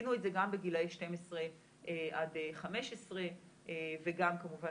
עשינו את זה גם בגילאי 12 עד 15 וגם כמובן